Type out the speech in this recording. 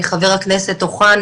חבר הכנסת אוחנה,